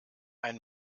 ein